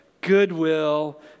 goodwill